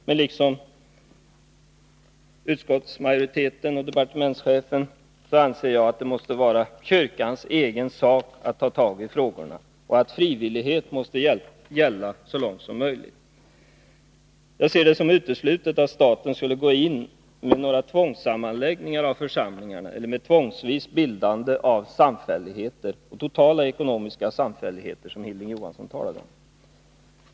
Men liksom utskottsmajoriteten och departementschefen anser jag att det måste vara kyrkans egen sak att ta tag i frågorna och att frivillighet måste gälla så långt som möjligt. Jag ser det som uteslutet att staten skulle besluta om tvångssammanläggningar av församlingar eller tvångsvis bildande av samfälligheter och totala ekonomiska samfälligheter, som Hilding Johansson talade om.